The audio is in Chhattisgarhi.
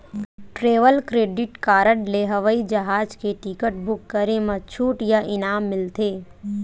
ट्रेवल क्रेडिट कारड ले हवई जहाज के टिकट बूक करे म छूट या इनाम मिलथे